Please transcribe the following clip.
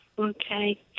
Okay